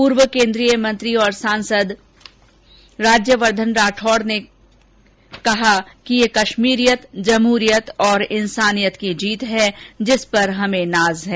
पूर्व केन्द्रीय मंत्री और सांसद राज्यवर्धन राठौड़ ने कि यह कश्मीरियत जम्हरियत और इंसानियत की जीत है जिस पर हमें नाज है